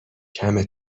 کمه